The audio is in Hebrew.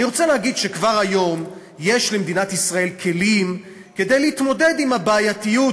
אני רוצה להגיד שכבר היום יש למדינת ישראל כלים להתמודד עם הבעייתיות